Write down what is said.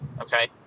Okay